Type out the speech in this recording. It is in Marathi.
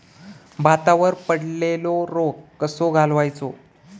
भातावर पडलेलो रोग कसो घालवायचो?